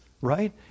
right